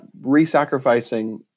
re-sacrificing